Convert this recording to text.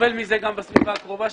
סובל מזה גם בסביבתי הקרובה.